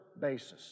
basis